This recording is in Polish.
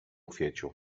kwieciu